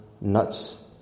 nuts